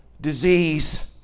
disease